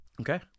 Okay